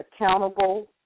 accountable